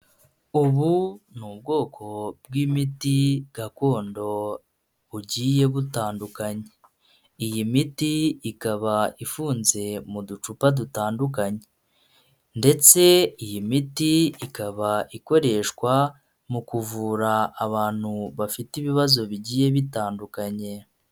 Ubu ni ubwoko bw'imiti gakondo bugiye butandukanya. Iyi miti ikaba ifunze mu ducupa dutandukanye. Ndetse iyi miti ikaba ikoreshwa mu kuvura abantu bafite ibibazo bigiye bitandukanye.